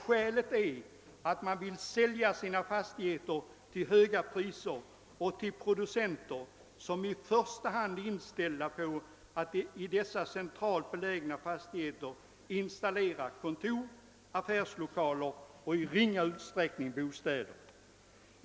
Skälet är att man vill sälja fastigheterna till höga priser och till producenter som i första hand är inställda på att i dessa centralt belägna fastigheter installera kontor och affärslokaler och i ringa utsträckning bostäder.